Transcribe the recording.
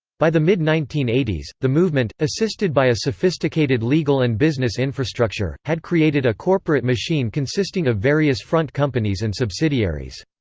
by the mid nineteen eighty s, the movement, assisted by a sophisticated legal and business infrastructure, had created a corporate machine consisting of various front companies and subsidiaries.